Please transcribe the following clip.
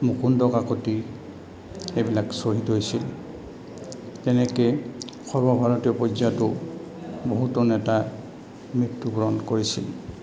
মুকুন্দ কাকতি এইবিলাক শ্বহীদ হৈছিল তেনেকে সৰ্বভাৰতীয় পৰ্যায়তো বহুতো নেতা মৃত্যুবৰণ কৰিছিল